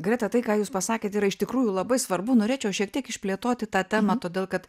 greta tai ką jūs pasakėt yra iš tikrųjų labai svarbu norėčiau aš šiek tiek išplėtoti tą temą todėl kad